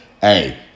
hey